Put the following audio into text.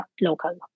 local